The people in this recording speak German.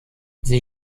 sie